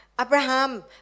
Abraham